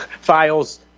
files